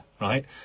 right